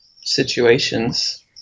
situations